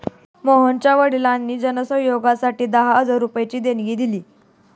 मोहनच्या वडिलांनी जन सहयोगासाठी दहा हजारांची देणगी दिली